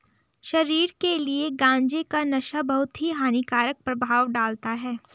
शरीर के लिए गांजे का नशा बहुत ही हानिकारक प्रभाव डालता है